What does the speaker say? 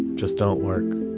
just don't work.